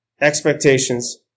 expectations